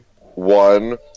one